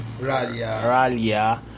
ralia